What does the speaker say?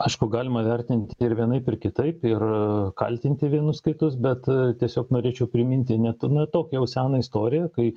aišku galima vertint ir vienaip ir kitaip ir kaltinti vienus kitus bet tiesiog norėčiau priminti net ne tokią jau seną istoriją kai